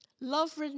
love